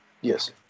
Yes